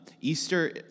Easter